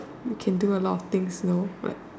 you can do a lot of things know like